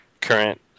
current